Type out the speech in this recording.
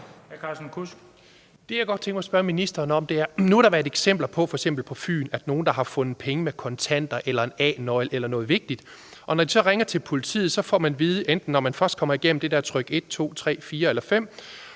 Det, jeg godt kunne tænke mig at spørge ministeren om, er, at nu har der f.eks. på Fyn været eksempler på, at nogle har fundet punge med kontanter eller en A-nøgle eller noget andet vigtigt, og når de så ringer til politiet, får de at vide, når de først er kommet igennem det der med at trykke 1, 2, 3, 4 eller 5,